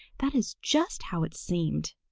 that is just how it seemed.